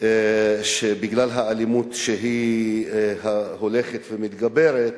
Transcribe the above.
ובגלל האלימות, שהולכת ומתגברת,